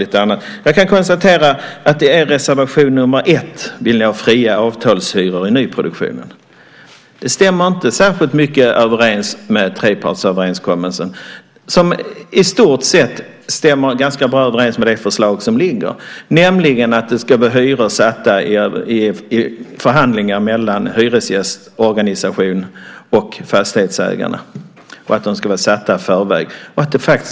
Jag kan konstatera i er reservation nr 1 att ni vill ha fria avtalshyror i nyproduktionen. Det stämmer inte särskilt bra överens med trepartsöverenskommelsen som i stort sett stämmer överens med det förslag som ligger, nämligen att det ska vara hyror satta i förhandlingar mellan hyresgästorganisation och fastighetsägare. Hyrorna ska vara satta i förväg.